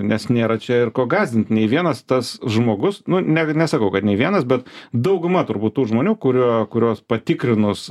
nes nėra čia ir ko gąsdinti nei vienas tas žmogus ne nesakau kad nei vienas bet dauguma turbūt tų žmonių kurio kuriuos patikrinus